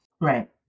right